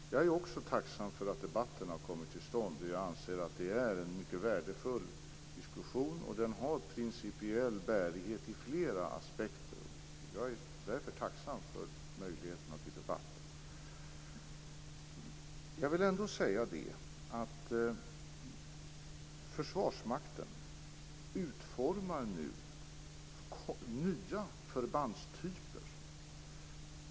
Fru talman! Jag är också tacksam för att debatten har kommit till stånd. Jag anser att det är en mycket värdefull diskussion. Den har principiell bärighet i flera aspekter. Jag är därför tacksam för möjligheterna till debatt. Jag vill ändå säga att Försvarsmakten nu utformar nya förbandstyper.